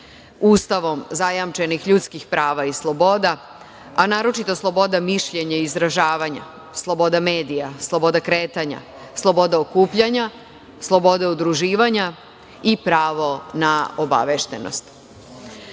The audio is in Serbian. Ustavom zajamčenih ljudskih prava i sloboda, a naročito sloboda mišljenja i izražavanja, sloboda medija, sloboda kretanja, sloboda okupljanja, sloboda udruživanja i pravo na obaveštenost. Predlog